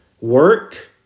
Work